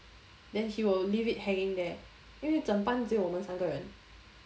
then he'll leave it hanging there 因为整班只有我们三个人